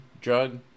drug